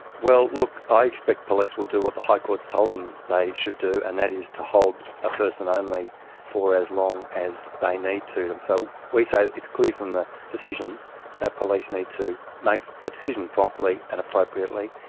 well look, i expect police will do what the high court has told them they should do and that is to hold a person only for as long as they need to. so we say it's clear from the decision that police need to make a decision properly and appropriately,